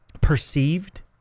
perceived